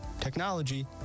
technology